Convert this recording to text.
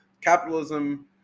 capitalism